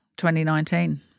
2019